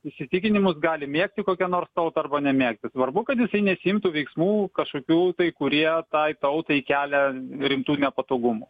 įsitikinimus gali mėgti kokią nors tautą arba nemėgti svarbu kad jisai nesiimtų veiksmų kažkokių tai kurie tai tautai kelia rimtų nepatogumų